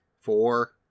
four